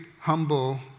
humble